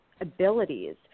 abilities